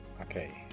Okay